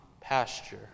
pasture